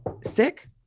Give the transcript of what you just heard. sick